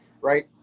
Right